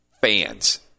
fans